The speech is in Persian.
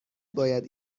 باید